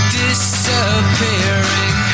disappearing